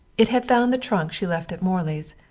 it had found the trunk she left at morley's,